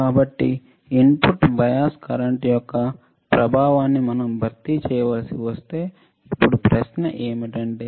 కాబట్టి input bias current యొక్క ప్రభావాన్ని మనం భర్తీ చేయవలసి వస్తే ఇప్పుడు ప్రశ్న ఏమిటంటే